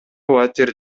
батир